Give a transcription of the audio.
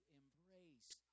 embrace